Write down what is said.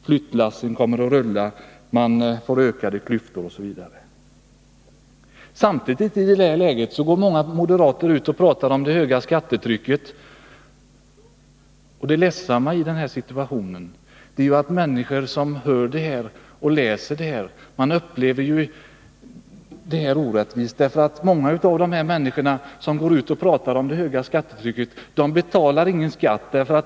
Flyttlassen kommer att I det läget går många moderater ut och pratar om det höga skattetrycket. Det ledsamma i denna situation är att människor som hör och läser om detta, upplever det som orättvist. Många av dem som går ut och pratar om det höga skattetrycket betalar ingen skatt.